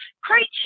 creature